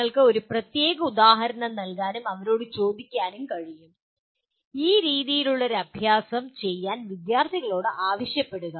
നിങ്ങൾക്ക് ഒരു പ്രത്യേക ഉദാഹരണം നൽകാനും അവരോട് ചോദിക്കാനും കഴിയും ഈ രീതിയിലുള്ള ഒരു അഭ്യാസം ചെയ്യാൻ വിദ്യാർത്ഥികളോട് ആവശ്യപ്പെടുക